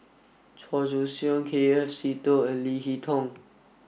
Chua Joon Siang K F Seetoh and Lee Hee Tong